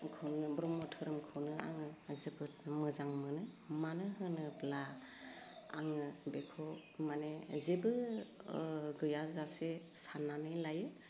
खौनो ब्रह्म धोरोमखौनो आङो जोबोद मोजां मोनो मानो होनोब्ला आङो बेखौ माने जेबो ओह गैया जासे साननानै लायो